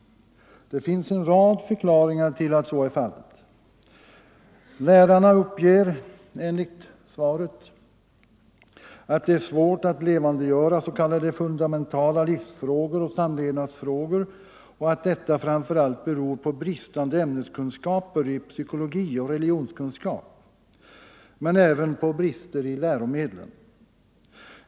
Det finns en rad förklaringar till att så är fallet. Lärarna uppger, enligt svaret, att det är svårt att levandegöra s.k. fundamentala livsfråror och samlevnadsfrågor och att detta framför allt beror på bristande ämneskunskaper i psykologi och religionskunskap men även på brister i läromedlen.